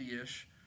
ish